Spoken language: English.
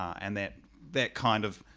and that that kind of